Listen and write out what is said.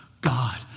God